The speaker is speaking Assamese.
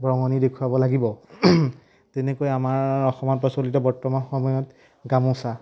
বৰঙণি দেখুৱাব লাগিব তেনেকৈ আমাৰ অসমত প্ৰচলিত বৰ্তমান সময়ত গামোচা